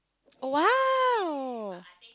oh !wow!